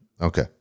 Okay